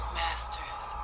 masters